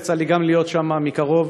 יצא לי גם להיות שם ולראות מקרוב,